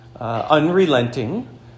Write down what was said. unrelenting